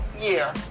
year